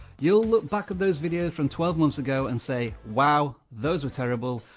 you'll look back at those videos from twelve months ago and say, wow, those were terrible,